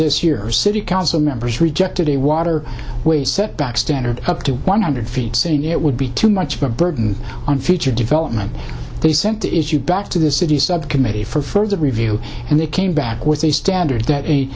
this year city council members rejected a water ways setback standard up to one hundred feet saying it would be too much of a burden on future development they sent is you back to the city subcommittee for further review and they came back with a standard that a